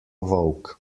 volk